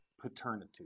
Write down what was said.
paternity